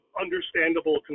understandable